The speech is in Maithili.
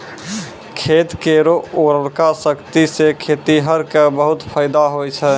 खेत केरो उर्वरा शक्ति सें खेतिहर क बहुत फैदा होय छै